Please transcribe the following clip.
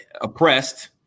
oppressed